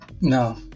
No